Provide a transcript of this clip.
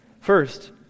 First